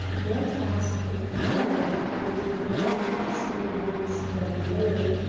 brett asked him how long, with the north-easterly breeze then blowing,